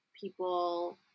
people